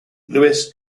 louis